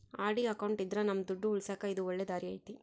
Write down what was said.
RD account ಇದ್ರ ನಮ್ ದುಡ್ಡು ಉಳಿಸಕ ಇದು ಒಳ್ಳೆ ದಾರಿ ಐತಿ